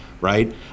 Right